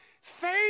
Faith